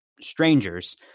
strangers